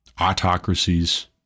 Autocracies